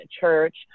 church